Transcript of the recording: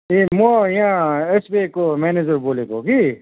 ए म यहाँ एसबिआईको म्यानेजर बोलेको हो कि